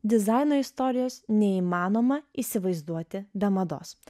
dizaino istorijos neįmanoma įsivaizduoti be mados